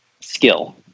skill